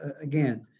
again